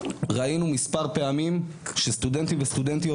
ראינו מספר פעמים שסטודנטים וסטודנטיות